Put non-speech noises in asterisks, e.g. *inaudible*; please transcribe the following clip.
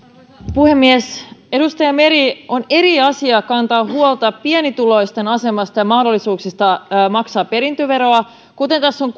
puhemies edustaja meri on eri asia kantaa huolta pienituloisten asemasta ja mahdollisuuksista maksaa perintöveroa kuten tässä on *unintelligible*